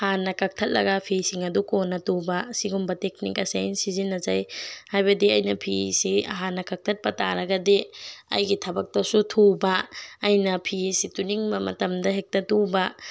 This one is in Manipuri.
ꯍꯥꯟꯅ ꯀꯛꯊꯠꯂꯒ ꯐꯤꯁꯤꯡ ꯑꯗꯨ ꯀꯣꯟꯅ ꯇꯨꯕ ꯑꯁꯤꯒꯨꯝꯕ ꯇꯦꯛꯅꯤꯛ ꯑꯁꯦ ꯑꯩꯅ ꯁꯤꯖꯤꯟꯅꯖꯩ ꯍꯥꯏꯕꯗꯤ ꯑꯩꯅ ꯐꯤ ꯑꯁꯤ ꯍꯥꯟꯅ ꯀꯛꯊꯠꯄ ꯇꯥꯔꯒꯗꯤ ꯑꯩꯒꯤ ꯊꯕꯛꯇꯁꯨ ꯊꯨꯕ ꯑꯩꯅ ꯐꯤ ꯁꯤ ꯇꯨꯅꯤꯡꯕ ꯃꯇꯝꯗ ꯍꯦꯛꯇ ꯇꯨꯕ